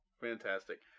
Fantastic